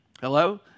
Hello